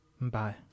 Bye